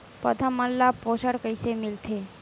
पौधा मन ला पोषण कइसे मिलथे?